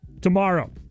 tomorrow